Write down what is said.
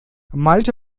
malte